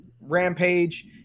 Rampage